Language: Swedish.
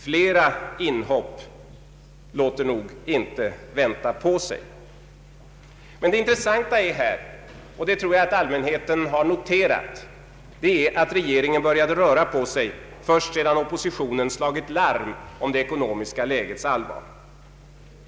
Flera inhopp låter nog inte vänta på sig. Det intressanta är här, och det tror jag att allmänheten har noterat, att regeringen började röra på sig först sedan oppositionen slagit larm om det ekonomiska lägets allvar.